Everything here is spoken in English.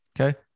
okay